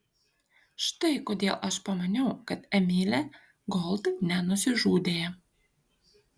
štai kodėl aš pamaniau kad emilė gold nenusižudė